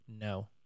no